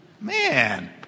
Man